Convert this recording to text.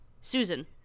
Susan